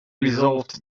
resolved